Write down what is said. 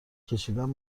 کشیدن